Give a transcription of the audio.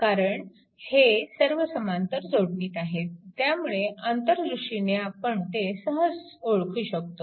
कारण हे सर्व समांतर जोडणीत आहेत त्यामुळे अंतर्दृष्टीने आपण ते सहज ओळखू शकतो